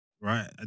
right